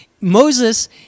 Moses